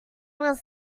was